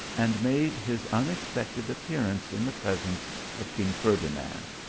and made his unexpected appear ance in the presence of king ferdinand.